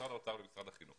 למשרד האוצר ולמשרד החינוך